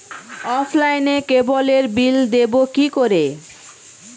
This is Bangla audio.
অফলাইনে ক্যাবলের বিল দেবো কি করে?